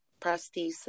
prostheses